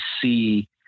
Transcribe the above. see